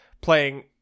playing